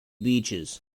beaches